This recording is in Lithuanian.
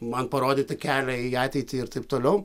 man parodytą kelią į ateitį ir taip toliau